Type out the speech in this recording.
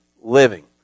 living